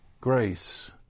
grace